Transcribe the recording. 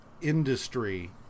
industry